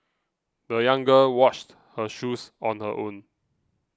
the young girl washed her shoes on her own